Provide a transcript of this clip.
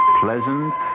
pleasant